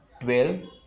12